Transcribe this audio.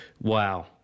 Wow